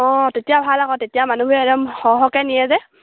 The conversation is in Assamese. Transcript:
অঁ তেতিয়া ভাল আকৌ তেতিয়া মানুহে একদম সৰহ সৰহকৈ নিয়ে যে